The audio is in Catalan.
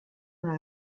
una